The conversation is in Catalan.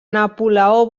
napoleó